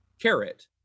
Carrot